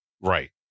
Right